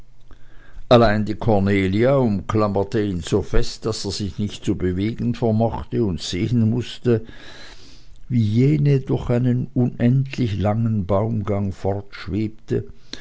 allein die cornelia umklammerte ihn so fest daß er sich nicht zu bewegen vermochte und sehen mußte wie jene durch einen unendlich langen